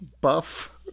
buff